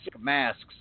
masks